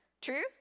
true